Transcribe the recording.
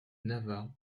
navarre